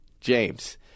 James